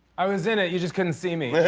i was in it. you just couldn't see me.